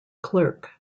clerk